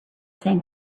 saying